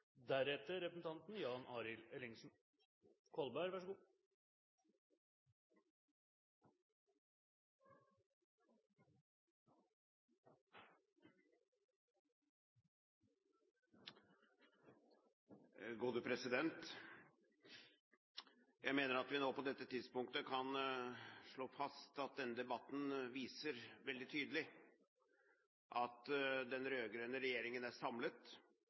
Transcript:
nå på dette tidspunktet kan slå fast at denne debatten viser veldig tydelig at den rød-grønne regjeringen er samlet,